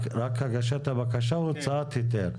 רק הגשת הבקשה או הוצאת ההיתר?